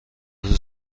شماره